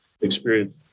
experience